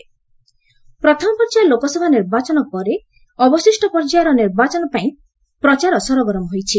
campaigning ପ୍ରଥମ ପର୍ଯ୍ୟାୟ ଲୋକସଭା ନିର୍ବାଚନ ପରେ ଅବଶିଷ୍ଟ ପର୍ଯ୍ୟାୟର ନିର୍ବାଚନ ପାଇଁ ପ୍ରଚାର ସରଗରମ ହୋଇଛି